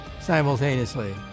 simultaneously